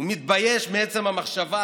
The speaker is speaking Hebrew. הוא מתבייש מעצם המחשבה,